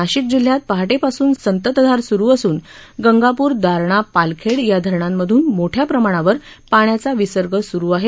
नाशिक जिल्ह्यात पहाटेपासून संततधार सुरु असून गंगापूर दारणा पालखेड या धरणांमधून मोठ्या प्रमाणावर पाण्याचा विसंग सुरु आहे